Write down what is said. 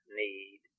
need